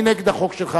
אני נגד החוק שלך,